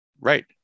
Right